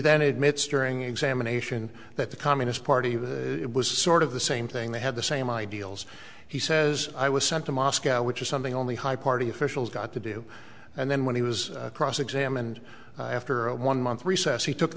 admits during examination that the communist party was it was sort of the same thing they had the same ideals he says i was sent to moscow which is something only high party officials got to do and then when he was cross examined after a one month recess he took